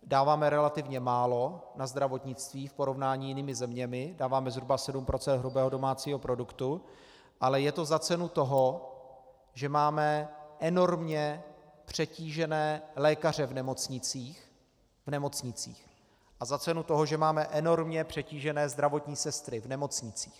Dáváme relativně málo na zdravotnictví v porovnání s jinými zeměmi, dáváme zhruba 7 % hrubého domácího produktu, ale je to za cenu toho, že máme enormně přetížené lékaře v nemocnicích, a za cenu toho, že máme enormně přetížené zdravotní sestry v nemocnicích.